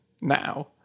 now